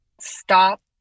stop